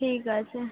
ঠিক আছে